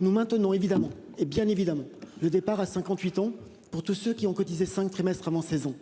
nous maintenons évidemment et bien évidemment le départ à 58 ans pour tous ceux qui ont cotisé cinq trimestres avant saison.